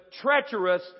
treacherous